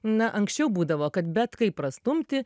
na anksčiau būdavo kad bet kaip prastumti